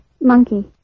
Monkey